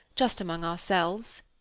just among ourselves.